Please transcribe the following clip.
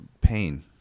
pain